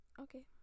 Okay